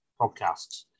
podcasts